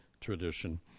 tradition